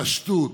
הפשטות,